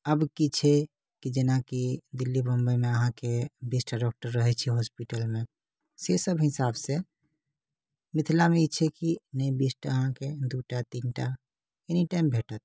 आब की छै की जेनाकि दिल्ली बम्बई मे अहाँकेँ बीस टा डॉक्टर रहै छै हॉस्पिटलमे से सब हिसाब से मिथिलामे ई छै कि नहि बीस टा अहाँकेँ दू टा तीन टा एनी टाइम भेटत